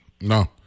no